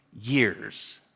years